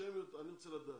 אני רוצה לדעת.